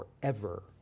forever